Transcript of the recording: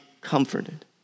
comforted